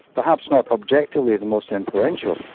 perhaps not objectively the most influential,